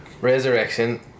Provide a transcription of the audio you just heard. resurrection